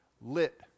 Lit